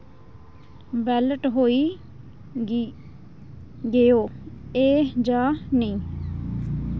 belt होई गी गेओ ऐ जां नेईं